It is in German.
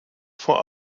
vor